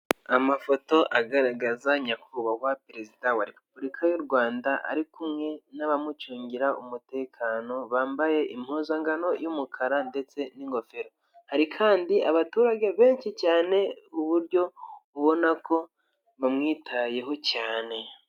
Amafoto agaragaza nyakubahwa perezida wa repubulika y'u Rwanda ari kumwe n'abamucungira umutekano bambaye impuzankano y'umukara ndetse n'ingofero hari kandi abaturage benshi cyane uburyo babona ko bamwitayeho cyane.